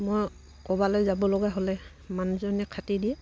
মই ক'বালৈ যাব লগা হ'লে মানুহজনে খাটি দিয়ে